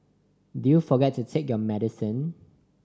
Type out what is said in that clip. did you forget to take your medicine